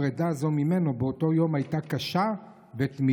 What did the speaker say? פרידה זו ממנו באותו יום הייתה קשה ותמידית.